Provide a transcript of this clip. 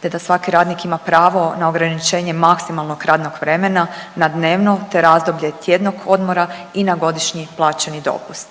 te da svaki radnik ima pravo na ograničenje maksimalnog radnog vremena na dnevno, te razdoblje tjednog odmora i na godišnji plaćeni dopust.